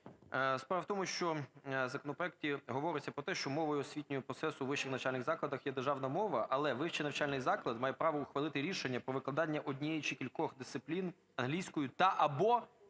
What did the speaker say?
Справа в тому, що в законопроекті говориться про те, що мовою освітнього процесу в вищих навчальних закладах є державна мова. Але вищий навчальний заклад має право ухвалити рішення про викладання однієї, чи кількох дисциплін англійською та/або